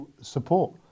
support